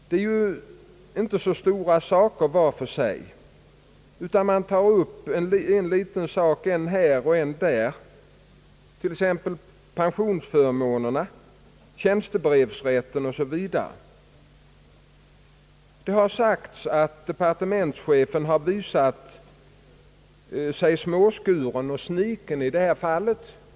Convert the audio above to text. Var för sig gäller det inte så stora saker, utan man tar upp en liten sak än här och än där, t.ex. pensionsförmånerna och tjänstebrevsrätten. Det har sagts att departementschefen har visat sig småskuren och sniken i detta fall.